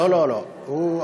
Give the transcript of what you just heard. לא, לא, לא, הוא,